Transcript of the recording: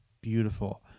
beautiful